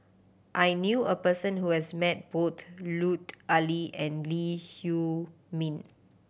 I knew a person who has met both Lut Ali and Lee Huei Min